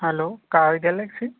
hello car galaxy